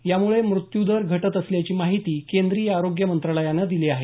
यामुळे मृत्यूदर घटत असल्याची माहिती केंद्रीय आरोग्य मंत्रालयानं दिली आहे